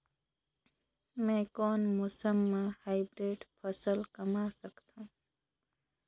मै कोन मौसम म हाईब्रिड फसल कमा सकथव?